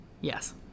Yes